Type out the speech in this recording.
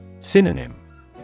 Synonym